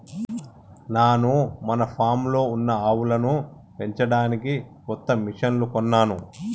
నాను మన ఫామ్లో ఉన్న ఆవులను పెంచడానికి కొత్త మిషిన్లు కొన్నాను